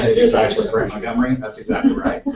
it's actually fred montgomery, that's exactly right.